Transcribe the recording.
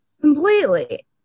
completely